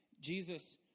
Jesus